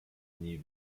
nie